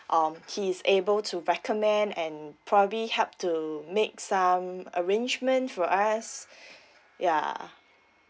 um he is able to recommend and probably help to make some arrangement for us ya